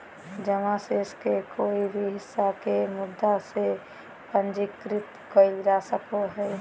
जमा शेष के कोय भी हिस्सा के मुद्दा से पूंजीकृत कइल जा सको हइ